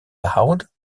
behoud